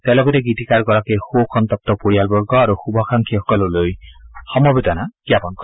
তেওঁ লগতে গীতিকাৰগৰাকীৰ শোকসন্তপ্ত পৰিয়ালবৰ্গ আৰু শুভাকাংক্ষীসকললৈ সমবেদনা জ্ঞাপন কৰে